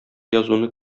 язуны